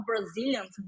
Brazilians